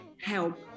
help